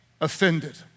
Offended